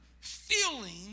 feeling